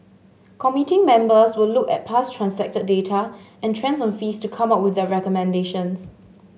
committee members will look at past transacted data and trends on fees to come up with their recommendations